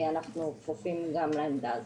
אנחנו כפופים לגם לעמדה הזאת,